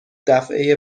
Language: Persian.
دفعه